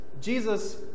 Jesus